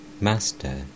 Master